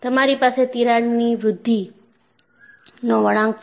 તમારી પાસે તિરાડની વૃદ્ધિનો વળાંક છે